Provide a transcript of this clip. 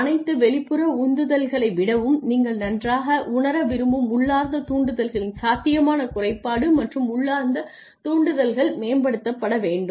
அனைத்து வெளிப்புற உந்துதல்களை விடவும் நீங்கள் நன்றாக உணர விரும்பும் உள்ளார்ந்த தூண்டுதல்களின் சாத்தியமான குறைபாடு மற்றும் உள்ளார்ந்த தூண்டுதல்கள் மேம்படுத்த வேண்டும்